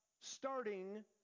starting